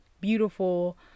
beautiful